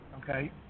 Okay